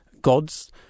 gods